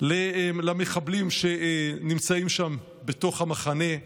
למחבלים שנמצאים שם בתוך המחנה.